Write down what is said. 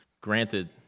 Granted